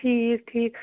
ٹھیٖک ٹھیٖک